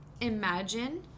imagine